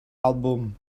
àlbum